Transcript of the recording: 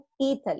Italy